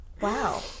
wow